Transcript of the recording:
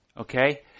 Okay